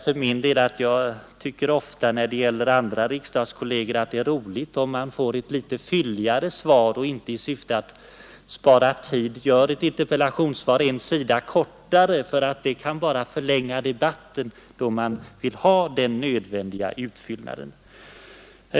För min del tycker jag ofta, när det gäller andra riksdagskolleger, att det är roligt om de får ett litet fylligare svar. Man bör inte i syfte att spara tid göra ett interpellationssvar en halv eller en sida för kort. Sådant kan tvärtom förlänga debatten, då interpellanten vill ha den nödvändiga utfyllnaden.